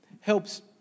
helps